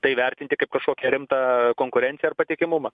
tai vertinti kaip kažkokią rimtą konkurenciją ar patikimumą